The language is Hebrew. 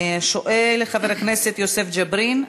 שואל חבר הכנסת יוסף ג'בארין,